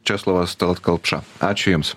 česlovas tallat kelpša ačiū jums